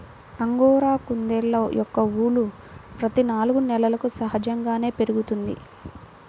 angora కుందేళ్ళ యొక్క ఊలు ప్రతి నాలుగు నెలలకు సహజంగానే పెరుగుతుంది